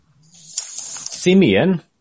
Simeon